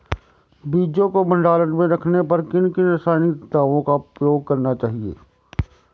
बीजों को भंडारण में रखने पर किन किन रासायनिक दावों का उपयोग करना चाहिए?